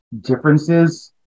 differences